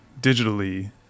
digitally